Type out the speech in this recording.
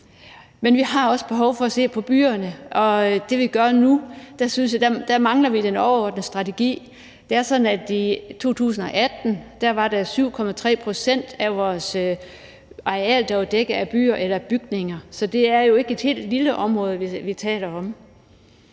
Men vi har også behov for at se på byerne, og med det, vi gør nu, mangler vi den overordnede strategi. Det er sådan, at i 2018 var 7,3 pct. af vores areal dækket af byer eller bygninger, så det er jo ikke et helt lille område, vi taler om.